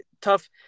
tough